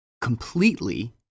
completely